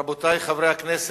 רבותי חברי הכנסת,